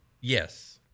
Yes